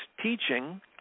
teaching